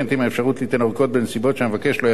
בנסיבות שהמבקש לא יכול היה למנוע או לשלוט בהן.